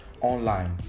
online